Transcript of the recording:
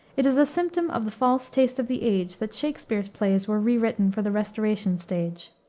it is a symptom of the false taste of the age that shakspere's plays were rewritten for the restoration stage.